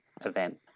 event